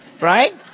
Right